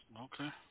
Okay